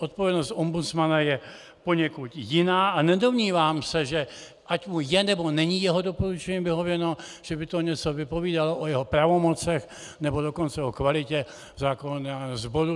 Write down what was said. Odpovědnost ombudsmana je poněkud jiná a nedomnívám se, že ať už je, nebo není jeho doporučení vyhověno, že by to něco vypovídalo o jeho pravomocech, nebo dokonce o kvalitě zákonodárného sboru.